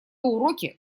уроки